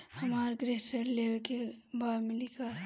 हमरा गृह ऋण लेवे के बा मिली का?